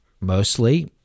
mostly